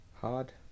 hard